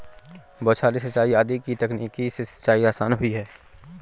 बौछारी सिंचाई आदि की तकनीक से सिंचाई आसान हुई है